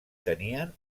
tenien